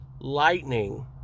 Lightning